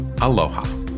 aloha